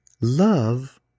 Love